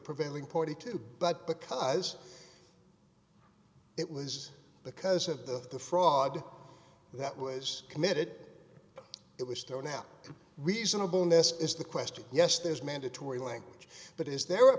prevailing party too but because it was the cause of the of the fraud that was committed it was thrown out reasonable and this is the question yes there's mandatory language but is there a